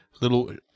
little